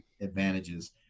advantages